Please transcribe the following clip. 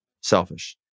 Selfish